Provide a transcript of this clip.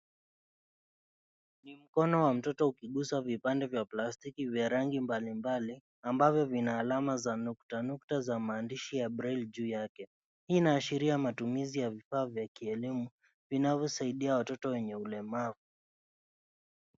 Ni mkono wa mtoto ukigusa vipande vya plastiki vya rangi mbalimbali ambavyo vina alama za nukta nukta za maandishi ya braille juu yake. Hii inaashiria matumizi ya vifaa vya kielimu vinavyosaidia watoto wenye ulemavu.